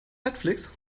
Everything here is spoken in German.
netflix